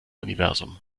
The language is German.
universum